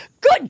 Good